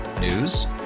News